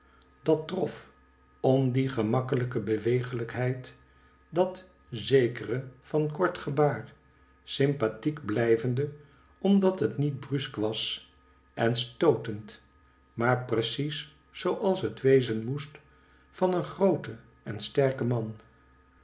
dat trof om die gemakkelijke bewegelijkheid dat zekere van kort gebaar sympathiek blijvende omdat het niet brusk was en stootend maar precies zoo als het wezen moest van een grooten en sterken man